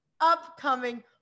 upcoming